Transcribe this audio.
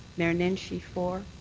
mayor nenshi for.